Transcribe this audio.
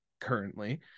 currently